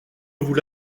vous